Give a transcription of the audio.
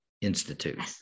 institute